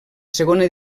segona